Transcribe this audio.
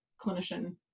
clinician